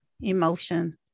emotion